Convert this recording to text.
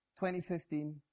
2015